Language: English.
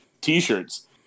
T-shirts